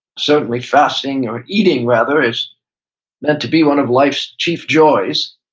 certainly fasting, or eating rather, is meant to be one of life's chief joys,